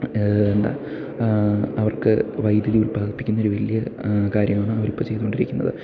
എന്താ അവർക്ക് വൈദ്യുതി ഉല്പാദിപ്പിക്കുന്ന ഒരു വലിയ കാര്യമാണ് അവർ ഇപ്പോൾ ചെയ്തുകൊണ്ടിരിക്കുന്നത്